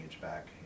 back